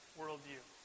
worldview